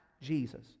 Jesus